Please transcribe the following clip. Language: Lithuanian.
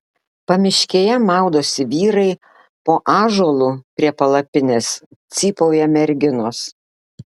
pamiškėje maudosi vyrai po ąžuolu prie palapinės cypauja merginos